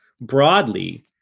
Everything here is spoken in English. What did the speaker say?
broadly